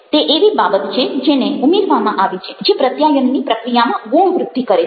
તે એવી બાબત છે જેને ઉમેરવામાં આવી છે જે પ્રત્યાયનની પ્રક્રિયામાં ગુણ વ્રુદ્ધિ કરે છે